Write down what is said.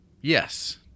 yes